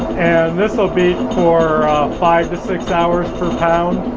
and this'll be for five six hours per pound